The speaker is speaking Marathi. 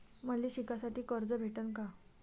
मले शिकासाठी कर्ज भेटन का?